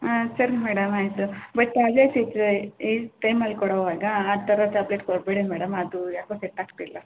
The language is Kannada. ಹಾಂ ಸರಿ ಮೇಡಮ್ ಆಯಿತು ಬಟ್ ಅದೇ ಸಿಕ್ಕರೆ ಈ ಟೈಮಲ್ಲಿ ಕೊಡೋವಾಗ ಆ ಥರ ಟ್ಯಾಬ್ಲೆಟ್ ಕೊಡಬೇಡಿ ಮೇಡಮ್ ಅದು ಯಾಕೋ ಸೆಟ್ ಆಗ್ತಿಲ್ಲ